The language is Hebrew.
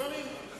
לפעמים.